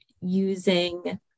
using